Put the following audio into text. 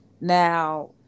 Now